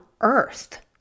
earth